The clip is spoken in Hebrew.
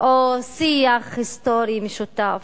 או שיח היסטורי משותף,